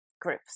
groups